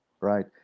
Right